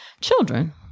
children